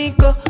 go